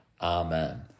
Amen